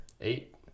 eight